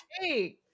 Hey